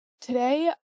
today